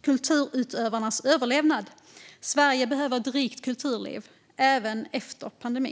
kulturutövarnas överlevnad. Sverige behöver ett rikt kulturliv, även efter pandemin.